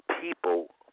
people